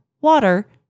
water